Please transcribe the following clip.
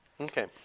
Okay